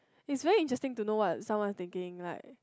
is very interesting to know what someone is thinking like